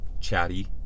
chatty